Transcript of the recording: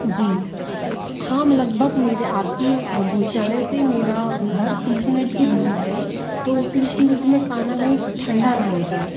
जी हाँ मैं लगभग मेरे आप के भोजनालय से मेरा घर तीस मिनट की दूरी पर है तो उन तीस मिनट में खाना कहीं ठंडा ना हो जाए